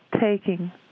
taking